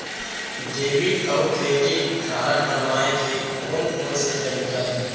Debit अऊ credit card बनवाए के कोन कोन से तरीका हे?